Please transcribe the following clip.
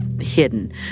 hidden